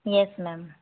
yes ma'am